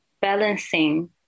balancing